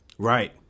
Right